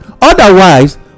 otherwise